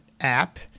app